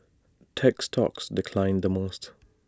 tech stocks declined the most